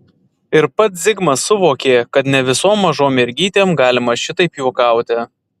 ir pats zigmas suvokė kad ne su visom mažom mergytėm galima šitaip juokauti